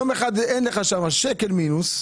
יום אחד אין לך שם שקל מינוס,